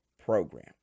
program